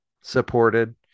supported